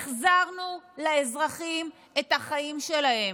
החזרנו לאזרחים את החיים שלהם,